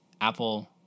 Apple